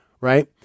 right